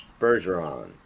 Bergeron